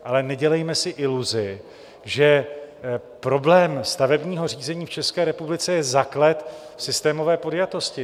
Ale nedělejme si iluzi, že problém stavebního řízení v České republice je zaklet v systémové podjatosti.